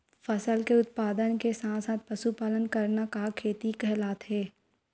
फसल के उत्पादन के साथ साथ पशुपालन करना का खेती कहलाथे?